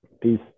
Peace